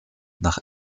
nach